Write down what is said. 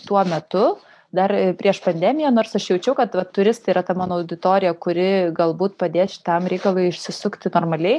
tuo metu dar prieš pandemiją nors aš jaučiau kad va turistai yra ta mano auditorija kuri galbūt padės šitam reikalui išsisukti normaliai